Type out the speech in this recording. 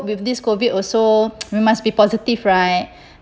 with this COVID also we must be positive right